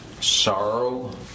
sorrow